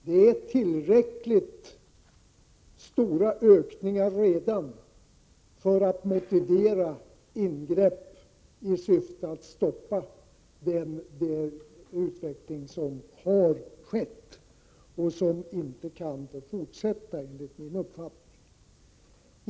De ökningar som har skett är tillräckligt stora för att motivera ingrepp i syfte att stoppa den utveckling som pågår men som inte kan få fortsätta, enligt min uppfattning.